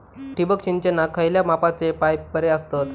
ठिबक सिंचनाक खयल्या मापाचे पाईप बरे असतत?